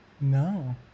No